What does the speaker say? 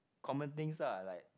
common things lah like